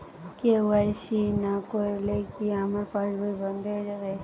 KYC না করলে কি আমার পাশ বই বন্ধ হয়ে যাবে?